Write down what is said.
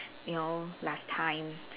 you know last time